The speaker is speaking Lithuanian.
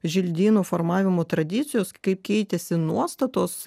želdynų formavimo tradicijos kaip keitėsi nuostatos